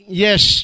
yes